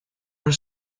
her